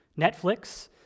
Netflix